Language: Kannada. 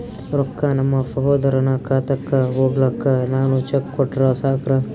ರೊಕ್ಕ ನಮ್ಮಸಹೋದರನ ಖಾತಕ್ಕ ಹೋಗ್ಲಾಕ್ಕ ನಾನು ಚೆಕ್ ಕೊಟ್ರ ಸಾಕ್ರ?